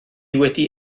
wedi